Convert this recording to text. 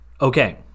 Okay